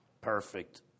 perfect